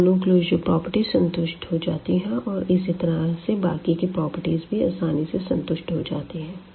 यह दोनों closure property संतुष्ट हो जाती है और इसी तरह से बाकी की प्रॉपर्टी भी आसानी से संतुष्ट हो जाती है